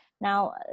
now